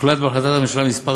הוחלט בהחלטת הממשלה מס'